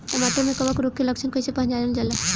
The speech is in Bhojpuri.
टमाटर मे कवक रोग के लक्षण कइसे पहचानल जाला?